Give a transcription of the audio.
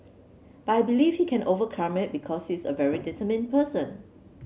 but I believe he can overcome it because he's a very determined person